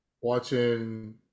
watching